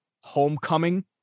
Homecoming